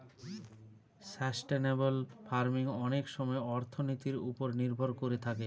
sustainable farming অনেক সময় অর্থনীতির ওপর নির্ভর করে থাকে